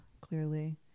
clearly